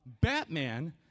Batman